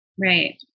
Right